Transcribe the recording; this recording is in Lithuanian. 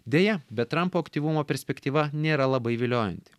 deja bet trampo aktyvumo perspektyva nėra labai viliojanti